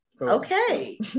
Okay